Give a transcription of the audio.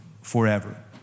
forever